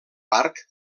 parc